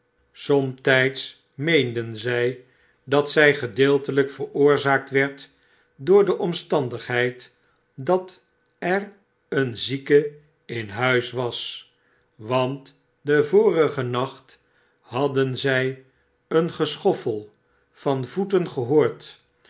somtijds meenden zij dat zij gedeeltelijk veroorzaakt werd door de omstandigheid dat er een zieke in huis was want den vorigen nacht hadden zij een geschoffel van voeten genoord